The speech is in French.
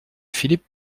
philip